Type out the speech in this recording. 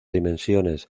dimensiones